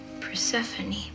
Persephone